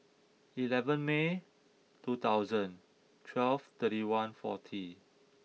eleven May two thousand twelve thirty one forty